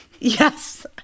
Yes